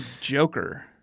Joker